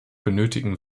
benötigen